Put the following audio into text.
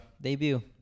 Debut